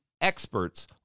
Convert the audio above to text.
experts